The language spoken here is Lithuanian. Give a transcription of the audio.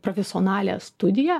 profesionalią studiją